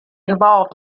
involved